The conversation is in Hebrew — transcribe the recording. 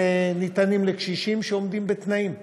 הם ניתנים לקשישים שעומדים בתנאים.